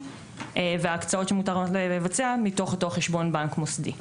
וההקצאות שמותרות לבצע מתוך חשבון בנק מוסדי.